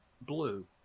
blue